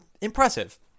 impressive